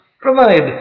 Provide